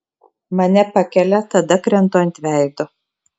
mane pakelia tada krentu ant veido